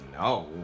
no